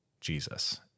Jesus